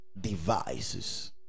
devices